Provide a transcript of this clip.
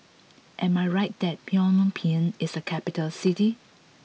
am I right that Phnom Penh is a capital city